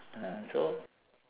ah so